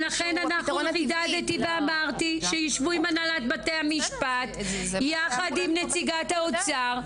לכן חידדתי ואמרתי שיישבו עם הנהלת בתי המשפט יחד עם נציגת האוצר.